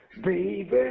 baby